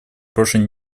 прошлой